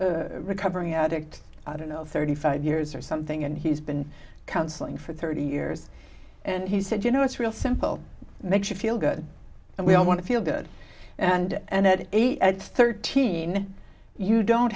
is recovering addict i don't know thirty five years or something and he's been counseling for thirty years and he said you know it's real simple it makes you feel good and we all want to feel good and that eight thirteen you don't